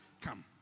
come